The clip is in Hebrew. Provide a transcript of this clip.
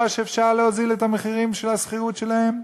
שיאפשר להוזיל את המחירים של השכירות שלהם?